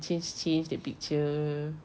change change the picture